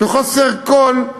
בחוסר כול,